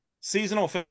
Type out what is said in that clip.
seasonal